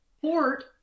port